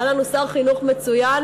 היה לנו שר חינוך מצוין,